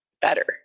better